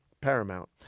Paramount